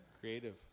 Creative